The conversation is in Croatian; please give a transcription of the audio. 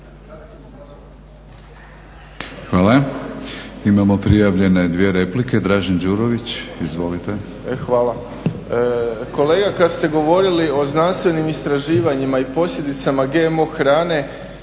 Hvala. Imamo prijavljene dvije replike. Dražen Đurović, izvolite. **Đurović, Dražen (HDSSB)** Hvala. Kolega kad ste govorili o znanstvenim istraživanjima i posljedicama GMO hrane